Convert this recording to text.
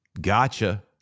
Gotcha